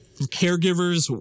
caregivers